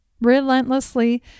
relentlessly